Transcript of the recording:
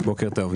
בוקר טוב.